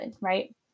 right